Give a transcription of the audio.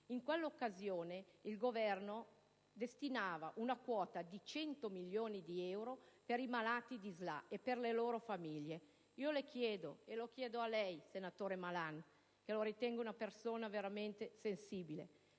quando il Governo destinò una quota di 100 milioni di euro per i malati di SLA e per le loro famiglie. Chiedo a lei, senatore Malan, che ritengo una persona veramente sensibile: